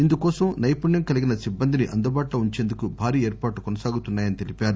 ఇందుకోసం నైపుణ్యం కలిగిన సిబ్బందిని అందుబాటులో ఉంచేందుకు భారీ ఏర్పాట్లు కొనసాగుతున్నాయని తెలిపారు